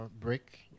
break